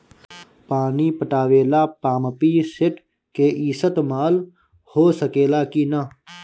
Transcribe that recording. पानी पटावे ल पामपी सेट के ईसतमाल हो सकेला कि ना?